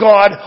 God